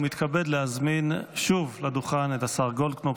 ומתכבד להזמין שוב לדוכן את השר גולדקנופ,